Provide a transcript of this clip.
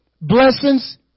blessings